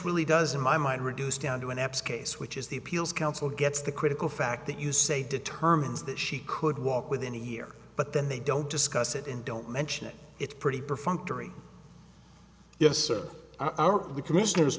really does in my mind reduce down to an eps case which is the appeals council gets the critical fact that you say determines that she could walk within a year but then they don't discuss it and don't mention it it's pretty perfunctory yes sir